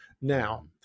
Now